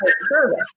service